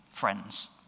Friends